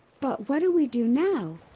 but what do we do now?